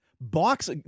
Box